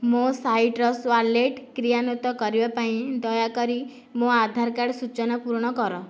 ମୋ' citrus wallet କ୍ରିୟାନ୍ଵିତ କରିବା ପାଇଁ ଦୟାକରି ମୋ' ଆଧାର କାର୍ଡ ସୂଚନା ପୂରଣ କର